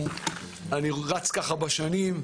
אני רץ בשנים.